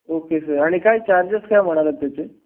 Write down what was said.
okay sir आणि काय charges काय म्हणालात त्याचे